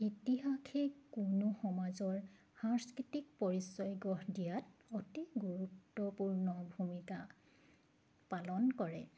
ইতিহাসেই কোনো সমাজৰ সাংস্কৃতিক পৰিচয় গঢ় দিয়াত অতি গুৰুত্বপূৰ্ণ ভূমিকা পালন কৰে